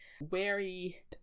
wary